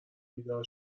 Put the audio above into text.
بیدار